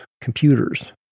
computers